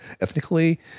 ethnically